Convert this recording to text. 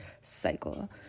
cycle